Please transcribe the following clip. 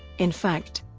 in fact,